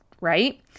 right